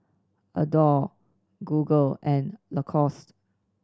Adore Google and Lacoste